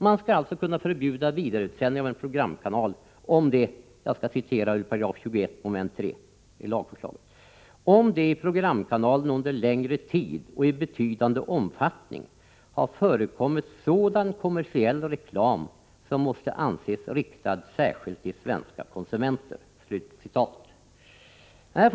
Man skall alltså kunna förbjuda vidaresändning av en programkanal — och jag citerar ur 21 § mom. 3 i lagförslaget — om det i programkanalen under längre tid och i betydande omfattning har förekommit sådan kommersiell reklam som måste anses riktad särskilt till svenska konsumenter”.